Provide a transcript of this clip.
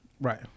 Right